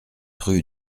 rue